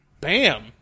bam